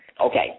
Okay